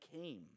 came